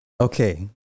Okay